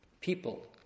People